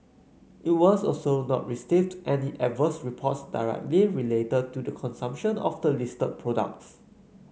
it was also not received any adverse reports directly related to the consumption of the listed products